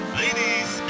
ladies